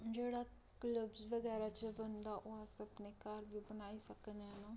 जेह्ड़ा क्लबस बगैरा च बनदा ओह् अस अपने घर बी बनाई सकने न